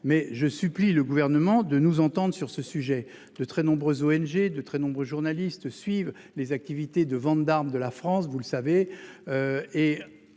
mais je supplie le gouvernement de nous entende sur ce sujet de très nombreuses ONG de très nombreux journalistes suivent les activités de vente d'armes de la France, vous le savez.